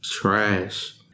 trash